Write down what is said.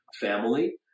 family